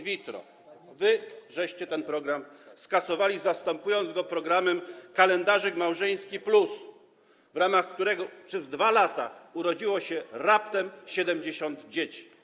Wy ten program skasowaliście, zastępując go programem: kalendarzyk małżeński plus, w ramach którego przez 2 lata urodziło się raptem 70 dzieci.